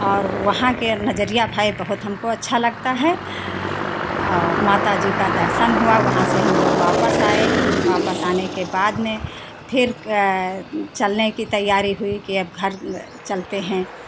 और वहां के नजरिया भाई बहुत हमको अच्छा लगता है और माता जी का दर्शन हुआ वहां से हम लोग वापस आए वापस आने के बाद में फिर चलने की तैयारी हुई कि अब घर चलते हैं